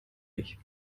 ich